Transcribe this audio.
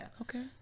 Okay